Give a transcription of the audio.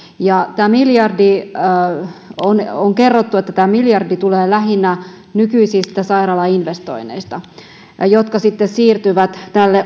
ja on on kerrottu että tämä miljardi tulee lähinnä nykyisistä sairaalainvestoinneista jotka sitten siirtyvät